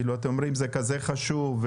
אתם אומרים זה כזה חשוב,